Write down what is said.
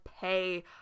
pay